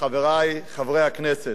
חברי חברי הכנסת,